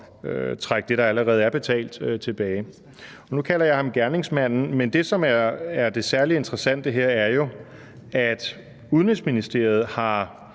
trække det, der allerede er betalt, tilbage. Nu kalder jeg ham gerningsmanden, men det, som er det særlig interessante her, er jo, at Udenrigsministeriet